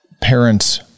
parents